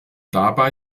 dabei